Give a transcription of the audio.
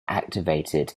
activated